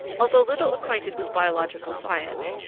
although little acquainted with biological science,